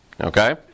Okay